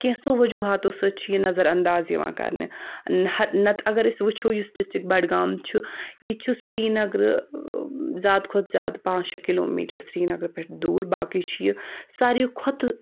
کِینٛہ سَو وَجوٗہاتَو ستۍ چھُ یہِ نَظر اَنٛداز یِوان کَرنہٕ نَتہٕ اگر أسۍ وٕچَھو یُس ڈِسٹِرٛک بَڈگام چھُ یہِ چھُ سریٖنگرٕ زیادٕ کھۄتہٕ زیادٕ پانٛژھ شےٚ کِلوٗمیٖٹَر سریٖنگرٕ پؠٹھ دوٗر باقٕے چھُ یہِ ساروی کھۄتہٕ